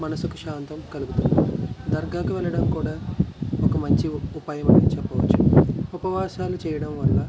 మనసుకు శాంతం కలుగుతుంది దర్గాకు వెళ్ళడం కూడా ఒక మంచి ఉప ఉపాయమనే చెప్పవచ్చు ఉపవాసాలు చేయడం వల్ల